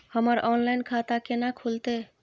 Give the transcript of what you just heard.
हमर ऑनलाइन खाता केना खुलते?